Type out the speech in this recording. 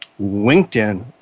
LinkedIn